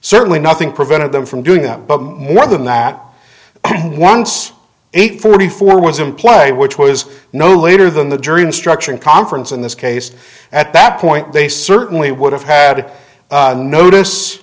certainly nothing prevented them from doing that but more than that once eight forty four was in play which was no later than the jury instruction conference in this case at that point they certainly would have had notice